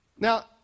Now